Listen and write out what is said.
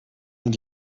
sind